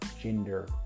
gender